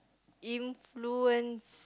influence